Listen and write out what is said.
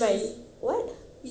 no it's pitch